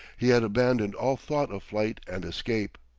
he had abandoned all thought of flight and escape.